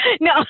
No